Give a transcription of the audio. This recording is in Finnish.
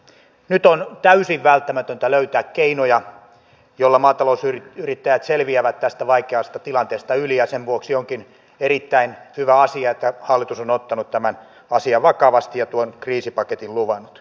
nyt on täysin välttämätöntä löytää keinoja joilla maatalousyrittäjät selviävät tästä vaikeasta tilanteesta yli ja sen vuoksi onkin erittäin hyvä asia että hallitus on ottanut tämän asian vakavasti ja tuon kriisipaketin luvannut